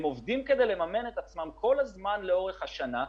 הם עובדים כדי לממן את עצמם לאורך כל השנה,